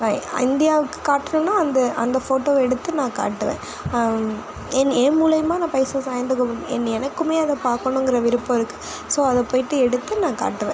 இந்தியாவுக்கு காட்டணுன்னா அந்த அந்த ஃபோட்டோவை எடுத்து நான் காட்டுவேன் என் என் மூலியமாக நான் பைசா சாய்ந்த கோபுரம் என் எனக்குமே அதை பார்க்கணுங்குற விருப்பம் இருக்கு ஸோ அதை போய்விட்டு எடுத்து நான் காட்டுவேன்